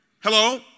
Hello